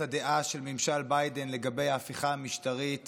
הדעה של ממשל ביידן לגבי ההפיכה המשטרית